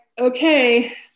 okay